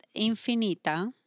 infinita